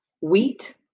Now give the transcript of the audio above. wheat